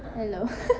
hello